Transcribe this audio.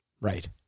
Right